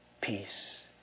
Peace